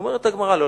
אומרת הגמרא: לא,